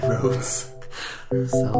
Roads